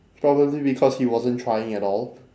probably because he wasn't trying at all